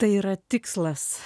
tai yra tikslas